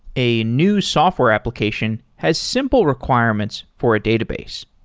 a new software application has simple requirements for a database.